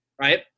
right